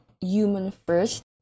human-first